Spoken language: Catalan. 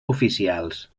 oficials